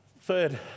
Third